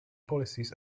policies